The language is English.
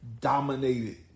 dominated